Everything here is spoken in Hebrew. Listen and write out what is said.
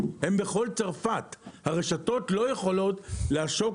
הם בכל צרפת והרשתות לא יכולות לעשוק